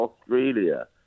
Australia